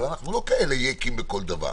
אבל אנחנו לא כאלה יקים בכל דבר.